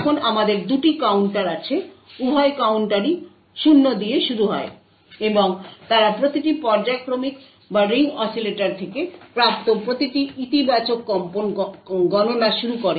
এখন আমাদের দুটি কাউন্টার আছে উভয় কাউন্টারই 0 দিয়ে শুরু হয় এবং তারা প্রতিটি পর্যায়ক্রমিক বা রিং অসিলেটর থেকে প্রাপ্ত প্রতিটি ইতিবাচক কম্পন গণনা শুরু করে